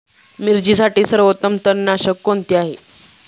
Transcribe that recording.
मिरचीसाठी सर्वोत्तम तणनाशक कोणते आहे?